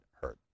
hurt